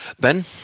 Ben